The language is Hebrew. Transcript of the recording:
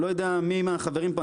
לא יודע מי מהחברים פה,